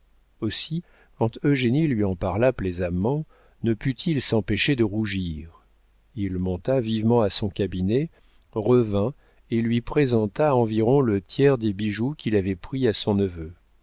aussi quand eugénie lui en parla plaisamment ne put-il s'empêcher de rougir il monta vivement à son cabinet revint et lui présenta environ le tiers des bijoux qu'il avait pris à son neveu